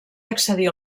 accedir